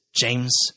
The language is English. James